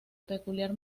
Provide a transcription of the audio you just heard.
peculiar